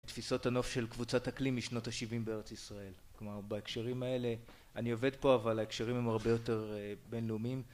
תפיסות הנוף של קבוצת אקלים משנות השבעים בארץ ישראל. כלומר בהקשרים האלה אני עובד פה אבל ההקשרים הם הרבה יותר בינלאומיים.